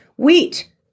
Wheat